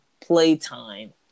playtime